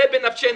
זה בנפשנו.